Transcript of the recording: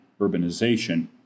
urbanization